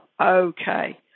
okay